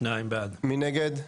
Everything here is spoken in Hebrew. הצבעה בעד, 2 נגד,